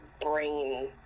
brain